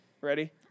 Ready